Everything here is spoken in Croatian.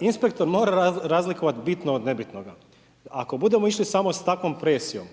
Inspektor mora razlikovati bitno od nebitnoga. Ako budemo išli samo s takvom presijom